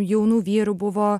jaunų vyrų buvo